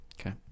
Okay